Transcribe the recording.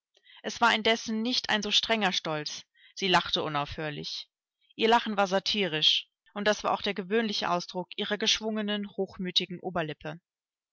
es war indessen nicht ein so strenger stolz sie lachte unaufhörlich ihr lachen war satyrisch und das war auch der gewöhnliche ausdruck ihrer geschwungenen hochmütigen oberlippe